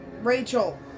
Rachel